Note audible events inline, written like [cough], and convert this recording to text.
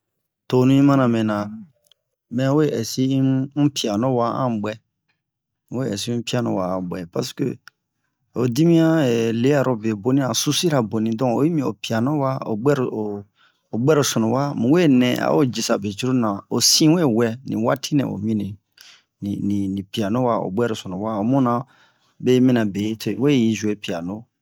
tonu i mana mɛna mɛ we ɛsi un piano wa an buɛ un we ɛsi un piano wa an bɛ paseke ho dimiyan [hesitation] learobe boni an soucis ra boni don oyi mi ho piano wa o bwɛro o bwɛrosunu wa muwe nɛ a'o jisa be cruru na o sin we wɛ ni watinɛ o mini nini pianowa o bwɛrosunnu wa omuna me'i mina be to unwe'i jouer piano